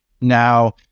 now